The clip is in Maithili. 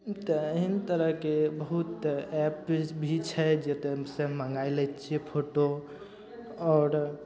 ई तऽ एहन तरहके बहुत एप भी छै जे टाइमसँ मङ्गाइ लै छियै फोटो और